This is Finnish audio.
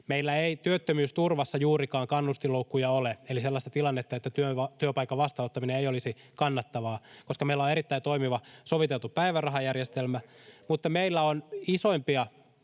Meillä työttömyysturvassa kannustinloukkuja eli sellaista tilannetta, että työpaikan vastaanottaminen ei olisi kannattavaa, ei juurikaan ole, koska meillä on erittäin toimiva soviteltu päivärahajärjestelmä, mutta meillä on isoimpia